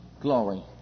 glory